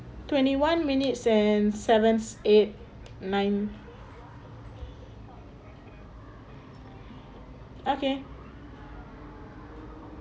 twenty one minutes and seven eight nine okay